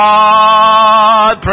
God